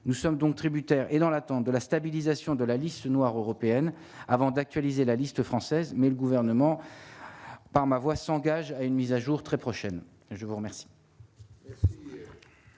nous sommes donc tributaire et dans l'attente de la stabilisation de la liste noire européenne avant d'actualiser la liste française mais le gouvernement, par ma voix s'engage à une mise à jour très prochaine je vous remercie.